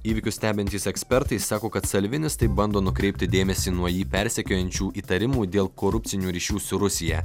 įvykius stebintys ekspertai sako kad salvinis taip bando nukreipti dėmesį nuo jį persekiojančių įtarimų dėl korupcinių ryšių su rusija